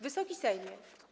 Wysoki Sejmie!